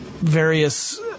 various